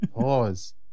Pause